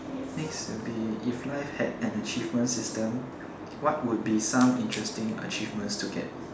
next will be if life had an achievement system what would be some interesting achievements to get